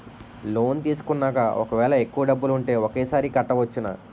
Loan తీసుకున్నాక ఒకవేళ ఎక్కువ డబ్బులు ఉంటే ఒకేసారి కట్టవచ్చున?